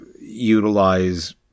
utilize